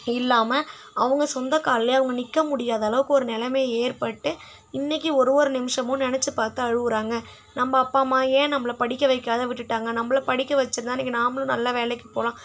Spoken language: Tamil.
இல்லாமல் அவங்க சொந்த காலிலே அவங்க நிற்க முடியாத அளவுக்கு ஒரு நிலைமைய ஏற்பட்டு இன்றைக்கி ஒரு ஒரு நிமிஷமும் நினைச்சி பார்த்து அழுகிறாங்க நம்ம அப்பா அம்மா ஏன் நம்மள படிக்க வைக்காது விட்டுவிட்டாங்க நம்மள படிக்க வச்சுருந்தா இன்றைக்கி நாமளும் நல்ல வேலைக்கு போகலாம்